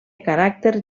caràcter